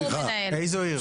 איזו עיר?